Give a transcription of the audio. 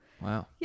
Wow